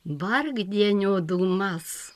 vargdienio dūmas